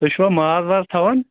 تۅہہِ چھُوا ماز ماز تھاوان